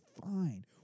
fine